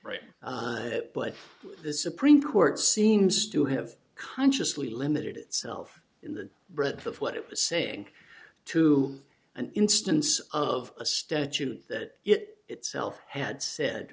right but the supreme court seems to have consciously limited itself in the breadth of what it was saying to an instance of a statute that it itself had said